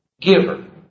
giver